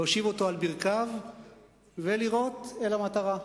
להושיב אותו על ברכיו ולירות אל המטרה,